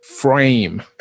Frame